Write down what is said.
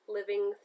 Living